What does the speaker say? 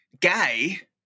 gay